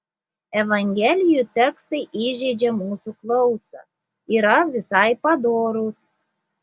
evangelijų tekstai įžeidžią mūsų klausą yra visai padorūs